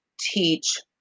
teach